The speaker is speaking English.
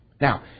Now